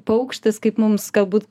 paukštis kaip mums galbūt